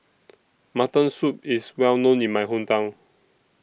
Mutton Soup IS Well known in My Hometown